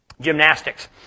gymnastics